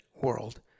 World